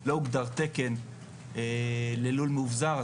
לא הוגדר תקן ללול מאובזר,